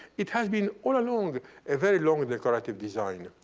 it has been all along a very long decorative design.